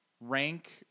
Rank